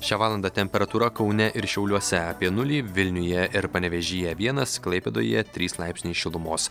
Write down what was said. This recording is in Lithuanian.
šią valandą temperatūra kaune ir šiauliuose apie nulį vilniuje ir panevėžyje vienas klaipėdoje trys laipsniai šilumos